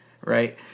right